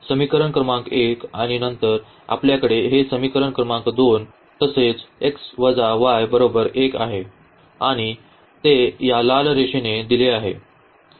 समीकरण क्रमांक 1 आणि नंतर आपल्याकडे हे समीकरण क्रमांक 2 तसेच हे 1 आहे आणि ते या लाल रेषाने दिले आहे